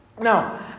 Now